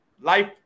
life